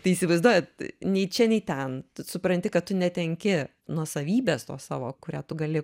tai įsivaizduojat nei čia nei ten tu supranti kad tu netenki nuosavybės tos savo kurią tu gali